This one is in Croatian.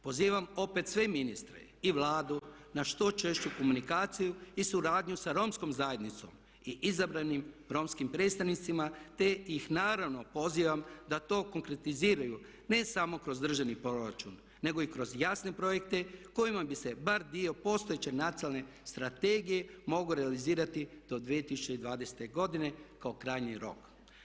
Pozivam opet sve ministre i Vladu na što češću komunikaciju i suradnju sa romskom zajednicom i izabranim romskim predstavnicima te ih naravno pozivam da to konkretiziraju ne samo kroz državni proračun nego i kroz jasne projekte kojima bi se bar dio postojeće nacionalne strategije mogao realizirati do 2020. godine kao krajnji rok.